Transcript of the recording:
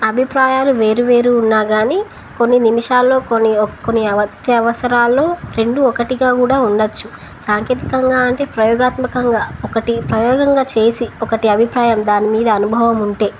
అభిప్రాయాలు వేరు వేరు ఉన్నా కానీ కొన్ని నిమిషాల్లో కొన్ని కొన్ని అవత్య అవసరాల్లో రెండు ఒకటిగా కూడా ఉండవచ్చు సాంకేతికంగా అంటే ప్రయోగాత్మకంగా ఒకటి ప్రయోగంగా చేసి ఒకటి అభిప్రాయం దానిమ మీద అనుభవం ఉంటే